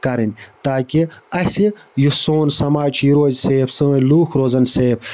کَرٕنۍ تاکہِ اَسہِ یُس سون سماج چھُ یہِ روزِ سیف سٲنۍ لوٗکھ روزَن سیف